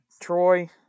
Troy